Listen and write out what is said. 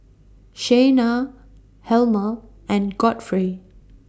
Shayna Helmer and Godfrey